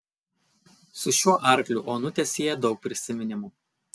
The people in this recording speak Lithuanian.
su šiuo arkliu onutę sieja daug prisiminimų